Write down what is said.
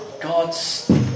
God's